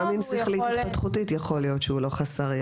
גם אדם עם מוגבלות שכלית התפתחותית יכול להיות שהוא לא חסר ישע.